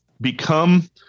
become